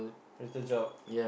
retail job